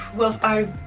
well, i